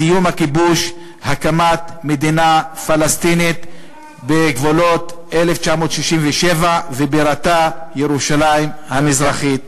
סיום הכיבוש והקמת מדינה פלסטינית בגבולות 1967 שבירתה ירושלים המזרחית.